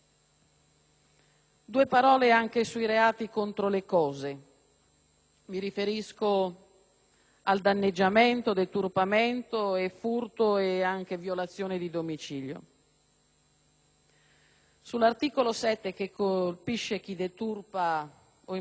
Mi riferisco al danneggiamento, al deturpamento, al furto e anche alla violazione di domicilio. In merito all'articolo 7, che colpisce chi deturpa o imbratta cose altrui, posso comprendere una certa dose di severità